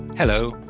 Hello